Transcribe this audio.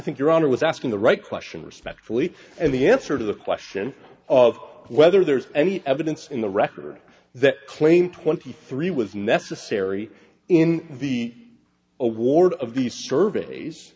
think your honor was asking the right question respectfully and the answer to the question of whether there's any evidence in the record that claim twenty three was necessary in the award of the surveys